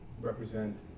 represent